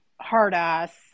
hard-ass